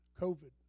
COVID